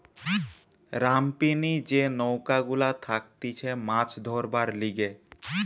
রামপিনি যে নৌকা গুলা থাকতিছে মাছ ধরবার লিগে